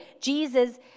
Jesus